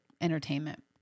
entertainment